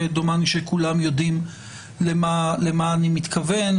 ודומני שכולם יודעים למה אני מתכוון.